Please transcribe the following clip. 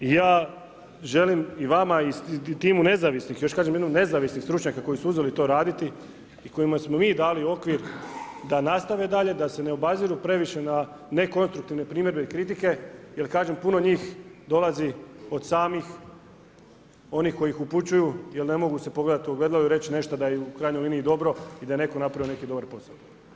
I ja želim i vama i timu nezavisnih stručnjaka, koji su uzeli to raditi i kojima smo mi dali okvir, da nastave dalje, da se ne obaziru previše na nekonstruktivne primjedbe i kritike, jer kažem puno njih, dolazi od samih onih koji upućuju jer ne mogu se pogledati u ogledalu i reći nešto da je u krajnjoj liniji dobro i da je netko napravio neki dobar posao.